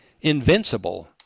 Invincible